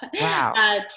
Wow